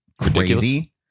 crazy